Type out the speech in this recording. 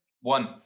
One